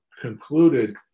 concluded